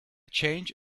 change